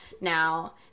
now